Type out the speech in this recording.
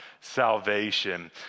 salvation